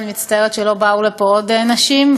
אני מצטערת שלא באו לפה עוד נשים,